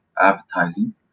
advertising